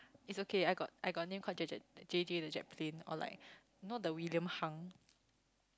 it's okay I got I got name called Jack Jack Jay Jay the Jet Plane or like you know the William-Hung